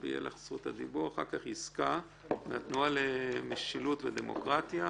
יסכה מהתנועה למשילות ודמוקרטיה,